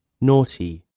naughty